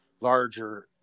larger